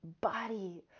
body